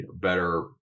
better